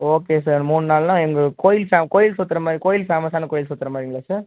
okay sir மூனு நாள்னால் எங்கே கோயில் கோயில் சுத்துகிற மாதிரி கோயில் ஃபேமஸான கோயில் சுத்துகிற மாதிரிங்களா சார்